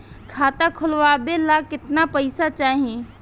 खाता खोलबे ला कितना पैसा चाही?